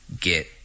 get